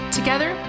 together